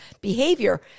behavior